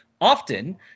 often